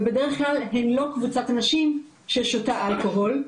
ובדרך כלל הן לא קבוצת הנשים ששותות אלכוהול.